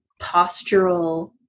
postural